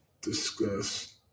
discuss